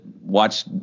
watch